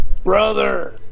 brother